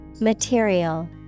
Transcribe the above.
Material